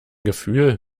gefühl